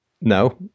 No